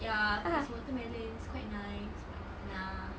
ya but it's watermelon it's quite nice but nah